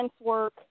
work